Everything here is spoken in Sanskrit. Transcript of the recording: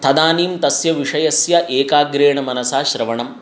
तदानीं तस्य विषयस्य एकाग्रेण मनसा श्रवणं